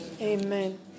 Amen